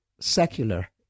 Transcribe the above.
secular